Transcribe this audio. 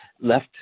left